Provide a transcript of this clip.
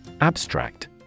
Abstract